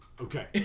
Okay